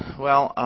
well,